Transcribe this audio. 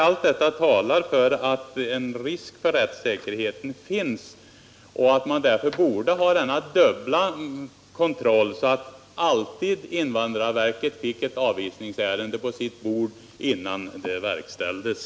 Allt detta visar att det finns en risk för rättssäkerheten och att man därför borde ha en dubbel kontroll så att invandrarverket alltid fick ett avvisningsärende på sitt bord innan avvisningen verkställdes.